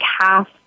half